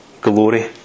glory